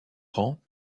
rang